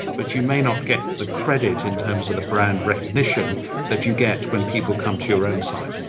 but you may not get the credit in terms of the brand recognition that you get when people come to your own site.